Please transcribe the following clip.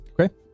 Okay